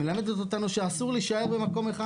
מלמדת אותנו שאסור להישאר במקום אחד,